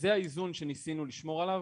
זה האיזון שניסינו לשמור עליו,